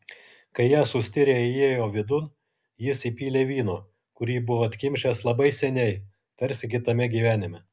kai jie sustirę įėjo vidun jis įpylė vyno kurį buvo atkimšęs labai seniai tarsi kitame gyvenime